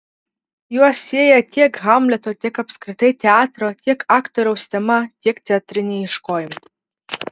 juos sieja tiek hamleto tiek apskritai teatro tiek aktoriaus tema tiek teatriniai ieškojimai